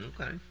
Okay